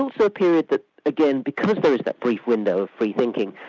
also a period that again, because there was that brief window of free thinking,